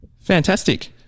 fantastic